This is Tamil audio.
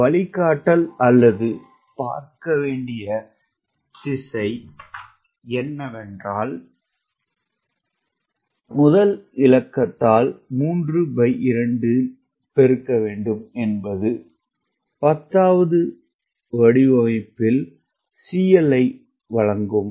வழிகாட்டல் அல்லது படிக்க வேண்டிய திசை என்னவென்றால் முதல் இலக்கத்தால் 32 பெருக்க வேண்டும் என்பது பத்தாவது வடிவமைப்பில் CL ஐ வழங்கும்